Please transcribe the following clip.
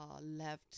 left